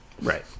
Right